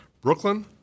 Brooklyn